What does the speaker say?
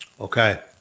Okay